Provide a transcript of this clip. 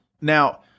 Now